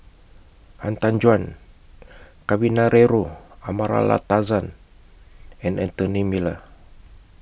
Han Tan Juan Kavignareru Amallathasan and Anthony Miller